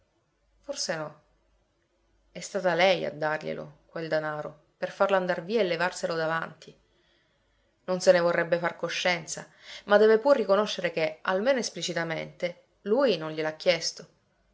forse no è stata lei a darglielo quel danaro per farlo andar via e levarselo davanti non se ne vorrebbe far coscienza ma deve pur riconoscere che almeno esplicitamente lui non gliel'ha chiesto